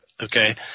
Okay